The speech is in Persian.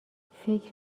فکر